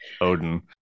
odin